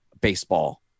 baseball